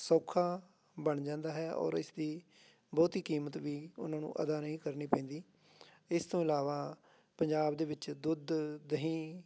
ਸੌਖਾ ਬਣ ਜਾਂਦਾ ਹੈ ਔਰ ਇਸਦੀ ਬਹੁਤੀ ਕੀਮਤ ਵੀ ਉਹਨਾਂ ਨੂੰ ਅਦਾ ਨਹੀਂ ਕਰਨੀ ਪੈਂਦੀ ਇਸ ਤੋਂ ਇਲਾਵਾ ਪੰਜਾਬ ਦੇ ਵਿੱਚ ਦੁੱਧ ਦਹੀਂ